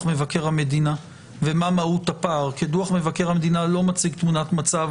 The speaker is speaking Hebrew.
מבקר המדינה ומהות הפער כי דוח מבקר המדינה לא מציג תמונת מצב